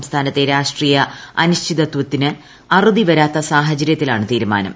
സംസ്ഥാനത്തെ രാഷ്ട്രീയ അനിശ്ചിതത്വത്തിന് അറുതിവരാത്ത് സാഹചര്യത്തിലാണ് തീരുമാനം